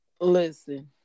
Listen